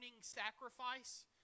sacrifice